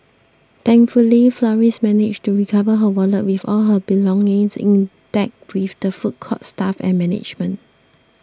thankfully Flores managed to recover her wallet with all her belongings intact with the food court's staff and management